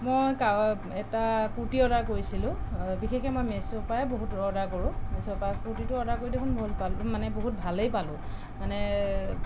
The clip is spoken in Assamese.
মই এটা কুৰ্তী অৰ্ডাৰ কৰিছিলোঁ বিশেষকৈ মই মিশ্ব'পৰাই বহুত অৰ্ডাৰ কৰোঁ মিশ্ব'ৰপৰা কুৰ্তীটো অৰ্ডাৰ কৰি দেখোন গম পালোঁ মানে বহুত ভালেই পালোঁ মানে